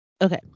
Okay